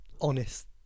honest